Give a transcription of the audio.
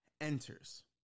enters